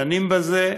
דנים בזה.